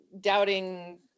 doubting